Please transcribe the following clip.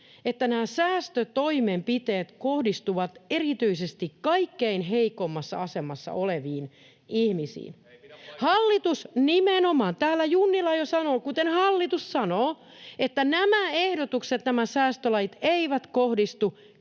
että nämä säästötoimenpiteet kohdistuvat erityisesti kaikkein heikoimmassa asemassa oleviin ihmisiin. [Vilhelm Junnila: Ei pidä paikkaansa!] — Nimenomaan. Täällä Junnila jo sanoo, kuten hallitus sanoo, että nämä ehdotukset, nämä säästölait, eivät kohdistu